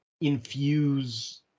infuse